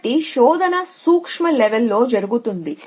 కాబట్టి శోధన సూక్ష్మ లేవెల్ లో జరుగుతోంది